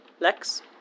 Lex